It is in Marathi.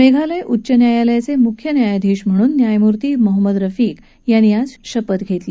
मेघालय उच्च न्यायालयाचे मुख्य न्यायाधीश म्हणून न्यायमूर्ती मोहम्मद रफीक यांनी आज शपथ घेतली